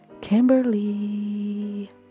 Kimberly